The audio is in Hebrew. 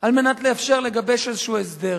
על מנת לאפשר לגבש איזה הסדר.